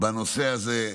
בנושא הזה.